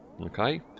Okay